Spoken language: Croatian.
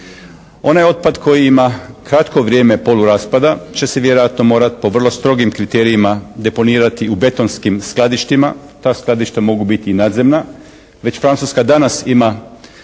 Onaj otpad koji ima kratko vrijeme poluraspada će se vjerojatno morati po vrlo strogim kriterijima deponirati u betonskim skladištima, ta skladišta mogu biti i nadzemna. Već Francuska danas ima